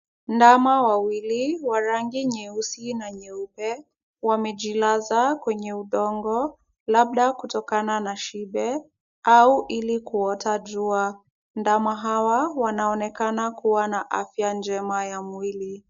Ndama wawili wa rangi nyeusi na nyeupe wamejilaza kwenye udongo labda kutokana shibe au ili kuota jua. Ndama hawa wanaonekana kuwa na afya njema ya mwili.